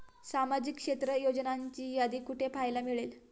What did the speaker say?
सामाजिक क्षेत्र योजनांची यादी कुठे पाहायला मिळेल?